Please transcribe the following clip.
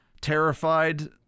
terrified